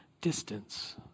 distance